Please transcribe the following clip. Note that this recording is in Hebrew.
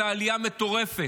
זו עלייה מטורפת.